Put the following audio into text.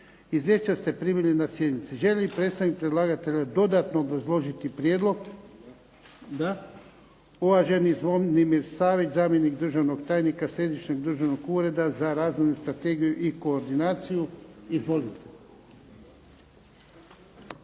Izvješća ste primili na sjednici. Želi li predstavnik predlagatelja dodatno obrazložiti prijedlog? Da. Uvaženi Zvonimir Savić zamjenik državnog tajnika Središnjeg državnog ureda za razvojnu strategiju i koordinaciju. Izvolite.